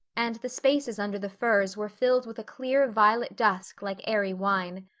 and the spaces under the firs were filled with a clear violet dusk like airy wine.